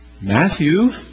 Matthew